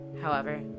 However